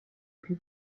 più